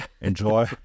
enjoy